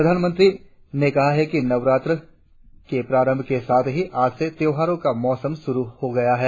प्रधानमंत्री ने कहा कि नवरात्र के प्रारंभ के साथ ही आज से त्यौहारों का मौसम शुरु हो गया है